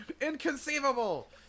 Inconceivable